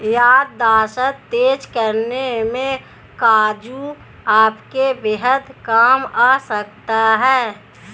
याददाश्त तेज करने में काजू आपके बेहद काम आ सकता है